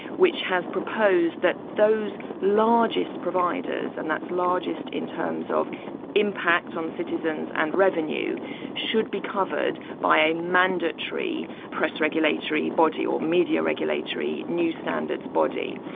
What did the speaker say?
which has proposed that those largest providers and that's largest in terms of impact on citizens and revenue should be covered by a mandatory press regulatory body or media regulatory news standards body.